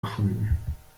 erfunden